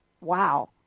Wow